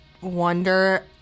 wonder